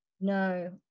no